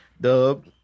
Dub